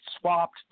swapped